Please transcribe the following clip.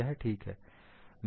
यह ठीक है